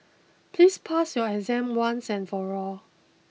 please pass your exam once and for all